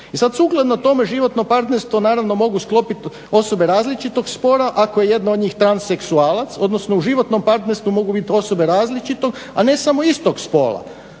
I sada sukladno tome životno partnerstvo naravno mogu sklopiti osobe različitog spola ako je jedna od njih transseksualac odnosno u životnom partnerstvu mogu biti osobe različitog, a ne samo istog spola.